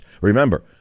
Remember